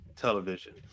Television